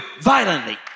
violently